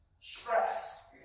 stress